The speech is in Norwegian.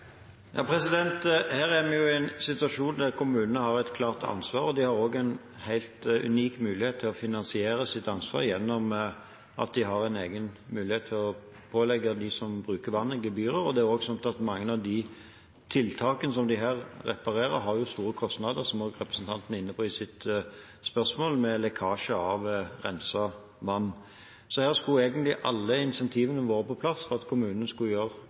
Her er vi i en situasjon der kommunene har et klart ansvar, og de har også en helt unik mulighet til å finansiere sitt ansvar gjennom at de kan pålegge dem som bruker vannet, gebyrer. Det er også slik at mange av tiltakene for å reparere medfører store kostnader, som også representanten er inne på i sitt spørsmål, med hensyn til lekkasje av renset vann. Så her skulle egentlig alle incentivene være på plass for at kommunen skulle gjøre